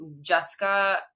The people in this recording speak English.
Jessica